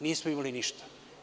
Nismo imali ništa.